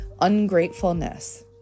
Ungratefulness